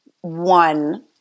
one